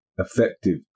effective